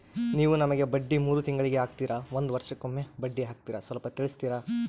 ನೀವು ನಮಗೆ ಬಡ್ಡಿ ಮೂರು ತಿಂಗಳಿಗೆ ಹಾಕ್ತಿರಾ, ಒಂದ್ ವರ್ಷಕ್ಕೆ ಒಮ್ಮೆ ಬಡ್ಡಿ ಹಾಕ್ತಿರಾ ಸ್ವಲ್ಪ ತಿಳಿಸ್ತೀರ?